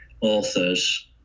authors